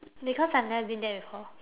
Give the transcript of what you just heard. because I've never been there before